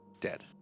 Dead